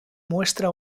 muestra